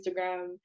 Instagram